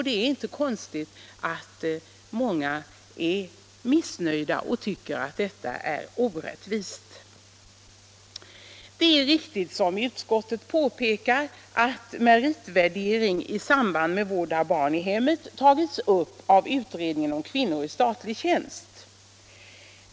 Det är inte konstigt att många är missnöjda och tycker att detta är orättvist. Det är riktigt som utskottet påpekar att meritvärdering i samband med vård av barn i hemmet tagits upp av utredningen om kvinnor i statlig tjänst.